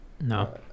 no